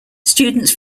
students